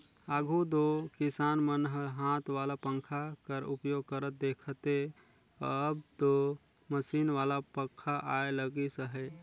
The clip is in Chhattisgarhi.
आघु दो किसान मन ल हाथ वाला पंखा कर उपयोग करत देखथे, अब दो मसीन वाला पखा आए लगिस अहे